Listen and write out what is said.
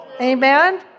Amen